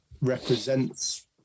represents